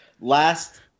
last